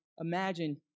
imagine